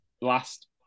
last